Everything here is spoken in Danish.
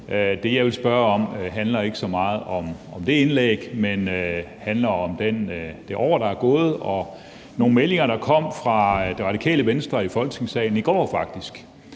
Det, jeg vil spørge om, handler ikke så meget om det indlæg, men handler om det år, der er gået, og nogle meldinger, der kom fra Det Radikale Venstre i Folketingssalen i går faktisk.